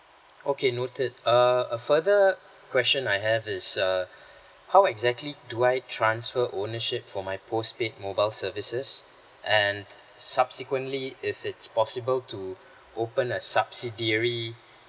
okay noted err a further question I have is uh how exactly do I transfer ownership for my postpaid mobile services and subsequently if it's possible to open a subsidiary